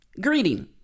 Greeting